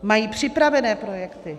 Mají připravené projekty.